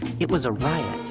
it was a riot,